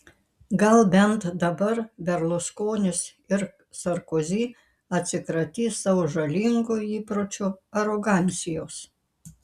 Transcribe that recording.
gal bent dabar berluskonis ir sarkozy atsikratys savo žalingo įpročio arogancijos